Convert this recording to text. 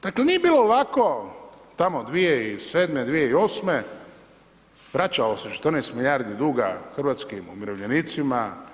Dakle, nije bilo lako tamo 2007., 2008., vraćalo se 14 milijardi duga hrvatskim umirovljenicima.